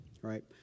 right